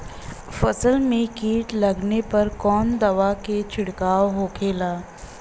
फसल में कीट लगने पर कौन दवा के छिड़काव होखेला?